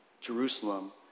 Jerusalem